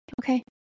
Okay